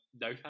no